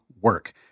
work